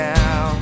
now